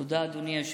תודה, אדוני היושב-ראש.